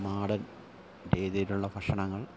നാടൻ രീതിയിലുള്ള ഭക്ഷണങ്ങൾ